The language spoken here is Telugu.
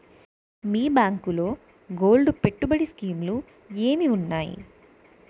మీ బ్యాంకులో గోల్డ్ పెట్టుబడి స్కీం లు ఏంటి వున్నాయి?